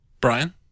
Brian